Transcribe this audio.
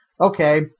okay